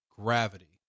gravity